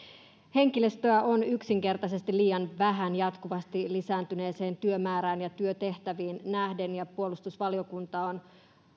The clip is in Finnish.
henkilöstöä on yksinkertaisesti liian vähän jatkuvasti lisääntyneeseen työmäärään ja työtehtäviin nähden myös puolustusvaliokunta on